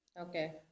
Okay